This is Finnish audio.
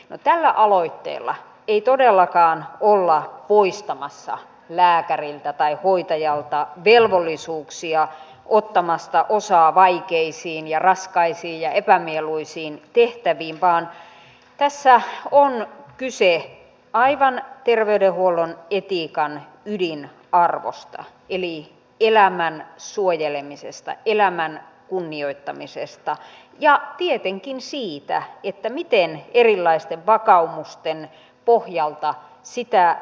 no tällä aloitteella ei todellakaan olla poistamassa lääkäriltä tai hoitajalta velvollisuuksia ottaa osaa vaikeisiin ja raskaisiin ja epämieluisiin tehtäviin vaan tässä on kyse aivan terveydenhuollon etiikan ydinarvosta eli elämän suojelemisesta elämän kunnioittamisesta ja tietenkin siitä miten erilaisten vakaumusten pohjalta sitä tulkitaan